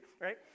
right